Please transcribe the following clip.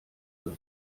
wird